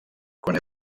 quan